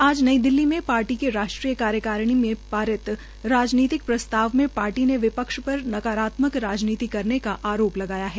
आज नई दिल्ली में पार्टी की राष्ट्रीय कार्यकारिणी में पारित राजनीतिक प्रस्ताव में पार्टी ने विपक्ष पर नकारात्मक राजनीति करने का आरोप लगाया है